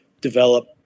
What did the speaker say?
develop